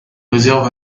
réserve